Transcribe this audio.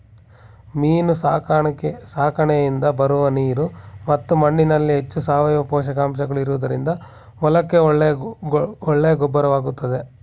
ಮೀನು ಸಾಕಣೆಯಿಂದ ಬರುವ ನೀರು ಮತ್ತು ಮಣ್ಣಿನಲ್ಲಿ ಹೆಚ್ಚು ಸಾವಯವ ಪೋಷಕಾಂಶಗಳು ಇರುವುದರಿಂದ ಹೊಲಕ್ಕೆ ಒಳ್ಳೆಯ ಗೊಬ್ಬರವಾಗುತ್ತದೆ